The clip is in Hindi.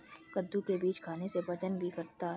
कद्दू के बीज खाने से वजन भी घटता है